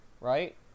right